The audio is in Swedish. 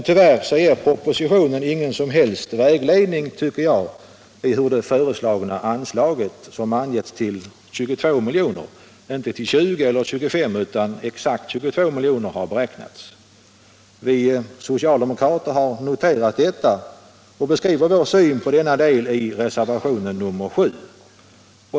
Tyvärr ger propositionen ingen som helst vägledning, tycker jag, för hur det föreslagna anslaget skall användas. Anslaget har angivits till 22 milj.kr. — inte till 20 eller 25, utan exakt till 22 milj.kr. Vi socialdemokrater har noterat detta och beskriver vår syn på denna del i reservationen 7.